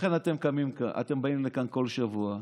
ולכן אתם באים לכאן כל שבוע,